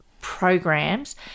programs